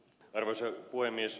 arvoisa puhemies